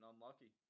unlucky